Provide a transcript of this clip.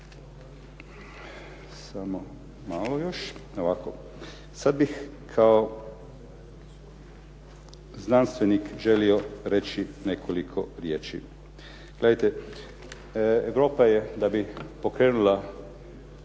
Samo malo još, evo ovako, sada bih kao znanstvenik želio reći nekoliko riječi. Gledajte, Europa je da bi pokrenula